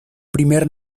primer